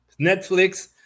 Netflix